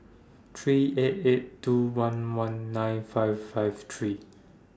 three eight eight two one one nine five five three